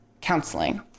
counseling